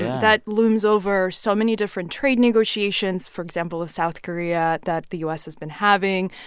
that looms over so many different trade negotiations, for example, with south korea that the u s. has been having.